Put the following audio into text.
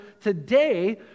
today